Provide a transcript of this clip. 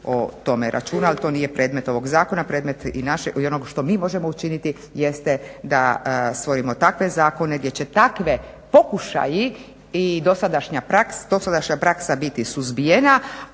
o tome računa ali to nije predmet ovog zakona. Predmet i onog što mi možemo učiniti jeste da stvorimo takve zakone gdje će takve pokušaji i dosadašnja praksa biti suzbijena